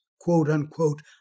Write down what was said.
quote-unquote